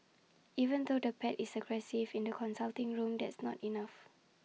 even though the pet is aggressive in the consulting room that's not enough